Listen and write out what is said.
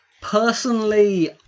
personally